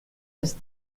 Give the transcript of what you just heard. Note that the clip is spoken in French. est